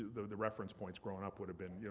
the reference points growing up would have been. yeah